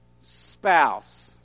Spouse